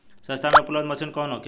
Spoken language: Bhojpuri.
सस्ता में उपलब्ध मशीन कौन होखे?